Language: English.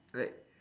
like